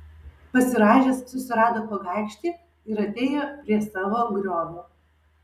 pasirąžęs susirado pagaikštį ir atėjo prie savo griovio